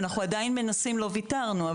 אנחנו עדיין מנסים, לא ויתרנו.